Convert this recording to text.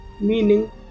meaning